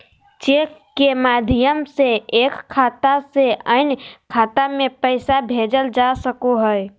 cheque के माध्यम से एक खाता से अन्य खाता में पैसा भेजल जा सको हय